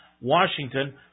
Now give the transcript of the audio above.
Washington